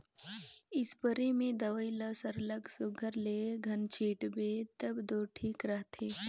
spray में दवई ल सरलग सुग्घर ले घन छींचबे तब दो ठीक रहथे